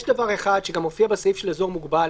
יש דבר אחד שגם מופיע בסעיף של אזור מוגבל,